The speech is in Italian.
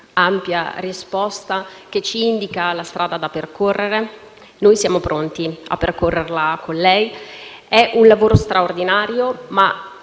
ampia risposta, che ci indica la strada da percorrere; noi siamo pronti a percorrerla con lei. È un lavoro straordinario, ma